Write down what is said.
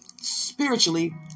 spiritually